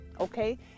Okay